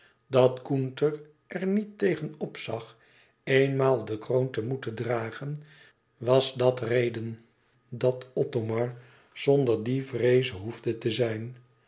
dat gunther er niet tegen opzag eenmaal de kroon te moeten dragen was dat reden dat othomar zonder die vreeze hoefde te zijn